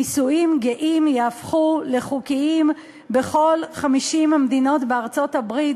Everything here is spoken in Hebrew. נישואים גאים יהפכו לחוקיים בכל 50 המדינות בארצות-הברית.